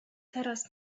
teraz